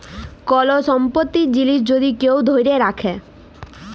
call সম্পত্তির জিলিস যদি কেউ ধ্যইরে রাখে